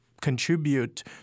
contribute